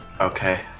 Okay